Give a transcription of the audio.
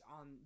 on